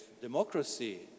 democracy